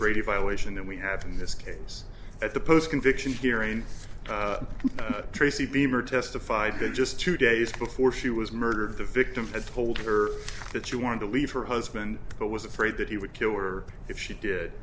brady violation than we have in this case at the post conviction here in the tracy beamer testified that just two days before she was murdered the victim had told her that you wanted to leave her husband but was afraid that he would kill her if she did